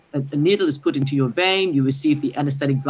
a needle is put into your vein, you receive the anaesthetic,